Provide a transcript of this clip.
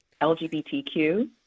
LGBTQ